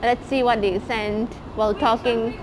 and let's see what they sent while talking